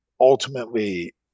ultimately